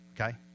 okay